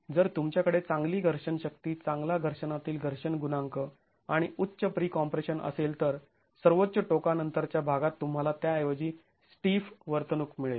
जर तुमच्याकडे चांगली घर्षण शक्ती चांगला घर्षणातील घर्षण गुणांक आणि उच्च प्रीकॉम्प्रेशन असेल तर सर्वोच्च टोका नंतरच्या भागात तुम्हाला त्याऐवजी स्टीफ वर्तणूक मिळेल